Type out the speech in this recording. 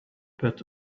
but